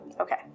Okay